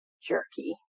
jerky